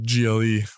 GLE